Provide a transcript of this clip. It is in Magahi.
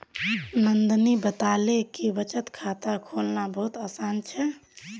नंदनी बताले कि बचत खाता खोलना बहुत आसान छे